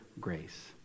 grace